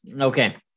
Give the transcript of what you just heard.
okay